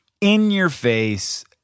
in-your-face